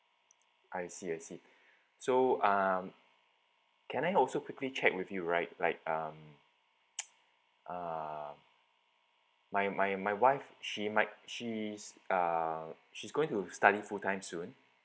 I see I see so um can I also quickly check with you right like um uh my my my wife she might she's uh she's going to study full time soon